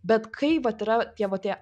bet kai vat yra tie va tie